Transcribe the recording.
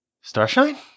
Starshine